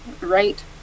right